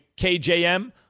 KJM